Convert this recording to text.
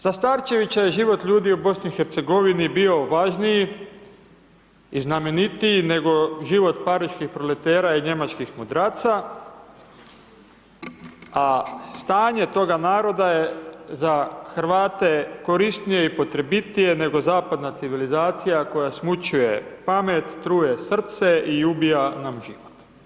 Za Starčevića je život ljudi u BiH bio važniji i znamenitiji nego život pariških proletera i njemačkih mudraca, a stanje toga naroda je za Hrvate korisnije i potrebitije nego zapadna civilizacija koja smućuje pamet, truje srce i ubija nam život.